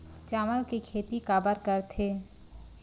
चावल के खेती काबर करथे?